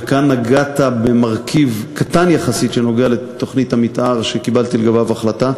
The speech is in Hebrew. וכאן נגעת במרכיב קטן יחסית שנוגע לתוכנית המתאר שקיבלתי לגביה החלטה,